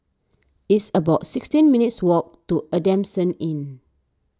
it's about sixteen minutes' walk to Adamson Inn